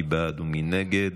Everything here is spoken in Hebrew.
מי בעד ומי נגד?